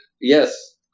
Yes